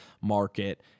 market